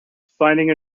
finding